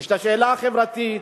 יש השאלה החברתית,